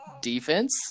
defense